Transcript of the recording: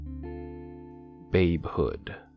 Babehood